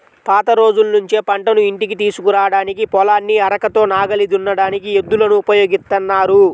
పాత రోజుల్నుంచే పంటను ఇంటికి తీసుకురాడానికి, పొలాన్ని అరకతో నాగలి దున్నడానికి ఎద్దులను ఉపయోగిత్తన్నారు